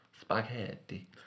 Spaghetti